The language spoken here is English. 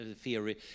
theory